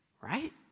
right